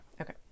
Okay